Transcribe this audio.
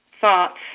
thoughts